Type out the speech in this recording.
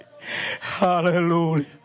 Hallelujah